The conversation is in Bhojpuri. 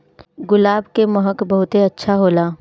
गुलाब के महक बहुते अच्छा होला